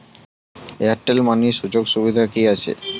Airtel money সুযোগ সুবিধা কি আছে?